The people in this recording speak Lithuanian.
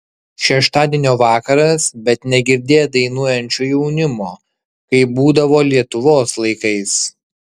šeštadienio vakaras bet negirdėt dainuojančio jaunimo kaip būdavo lietuvos laikais